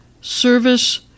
service